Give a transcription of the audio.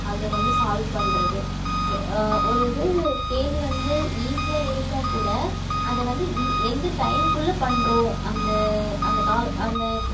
அதை வந்து சால்வ் பண்ணுறது ஒரு இது கேள்வி வந்து ஈசியாக இருந்தால்கூட அதை வந்து இந் எந்த டைம்குள்ளே பண்ணுறோம் அந்த அந்த கால் அந்த